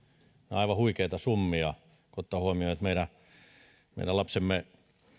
aivan huikeita summia kun ottaa huomioon että meidän lapsemme